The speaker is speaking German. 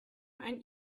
ein